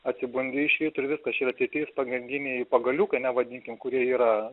atsibundi iš ryto ir viskas čia yra tie trys pagrindiniai pagaliukai ne vadinkim kurie yra